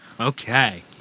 Okay